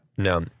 No